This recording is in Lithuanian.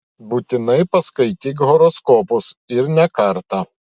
būtinai paskaityk horoskopus ir ne kartą